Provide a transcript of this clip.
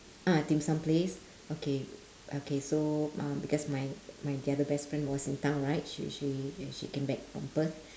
ah dim sum place okay okay so uh because my my the other best friend was in town right she she she came back from perth